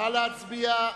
נא להצביע.